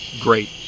great